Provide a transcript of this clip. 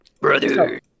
brother